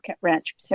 Ranch